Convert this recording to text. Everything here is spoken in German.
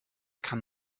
kann